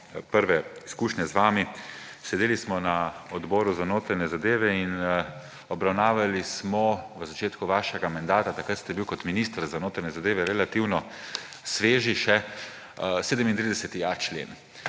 prve izkušnje z vami, sedeli smo na odboru za notranje zadeve in obravnavali smo v začetku vašega mandata, takrat ste bil kot minister za notranje zadeve relativno sveži še, 37.a člen.